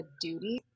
duty